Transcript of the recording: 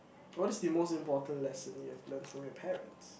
what is the most important lesson you have learn from your parents